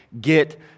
get